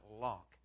lock